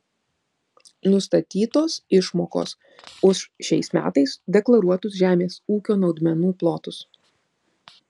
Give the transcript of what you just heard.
nustatytos išmokos už šiais metais deklaruotus žemės ūkio naudmenų plotus